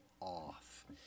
off